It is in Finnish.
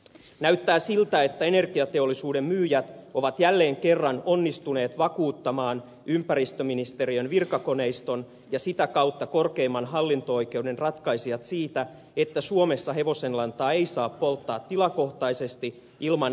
näyttää siltä että energiateollisuuden myyjät ovat jälleen kerran onnistuneet vakuuttamaan ympäristöministeriön virkakoneiston ja sitä kautta korkeimman hallinto oikeuden ratkaisijat siitä että suomessa hevosenlantaa ei saa polttaa tilakohtaisesti ilman erikoispuhdistusprosessointia